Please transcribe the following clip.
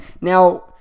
Now